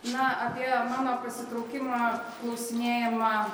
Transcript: na apie mano pasitraukimą klausinėjama